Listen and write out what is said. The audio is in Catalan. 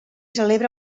celebra